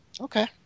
Okay